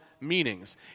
meanings